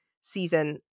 season